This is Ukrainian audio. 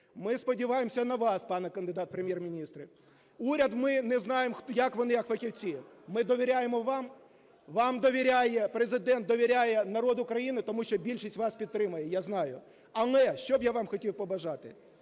Ми сподіваємося на вас, пане кандидат в Прем'єр-міністри. Уряд, ми не знаємо, як вони як фахівці. Ми довіряємо вам. Вам довіряє Президент, довіряє народ України. Тому що більшість вас підтримує, я знаю. Але що б я вам хотів побажати.